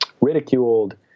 ridiculed